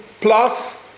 plus